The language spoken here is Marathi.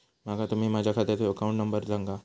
माका तुम्ही माझ्या खात्याचो अकाउंट नंबर सांगा?